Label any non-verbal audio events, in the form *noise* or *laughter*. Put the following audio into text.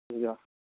*unintelligible*